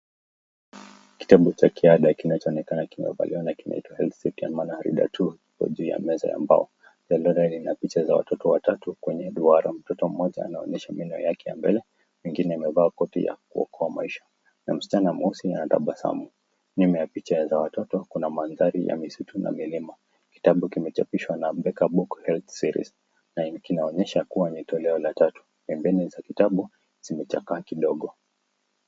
Kitabu cha kiada kinachoonekana kimevaliwa na kinaitwa Health City ama Harida 2 kiko juu ya meza ya mbao. Jalada lina picha za watoto watatu kwenye duara. Mtoto mmoja anaonyesha meno yake ya mbele, mwingine amevaa kofia ya kuokoa maisha. Na msichana Mweusi anatabasamu. Nyuma ya picha za watoto kuna mandhari ya misitu na milima. Kitabu kimechapishwa na Mbeka Book Health Series na kinaonyesha kuwa ni toleo la tatu. Pembeni za kitabu zimechakaa kidogo.